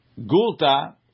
Gulta